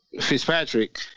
Fitzpatrick